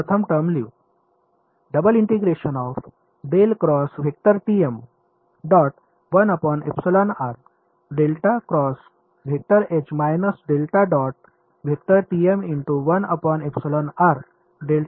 प्रथम टर्म लिहू